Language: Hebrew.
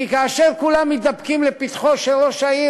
כי כאשר כולם מתדפקים על פתחו של ראש העיר